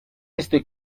este